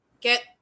get